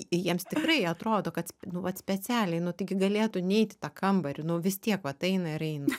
jiems tikrai atrodo kads nu vat specialiai nu tai gi galėtų neit į tą kambarį nu vis tiek vat eina ir eina